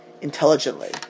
intelligently